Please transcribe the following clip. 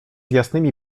jasnymi